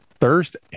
thursday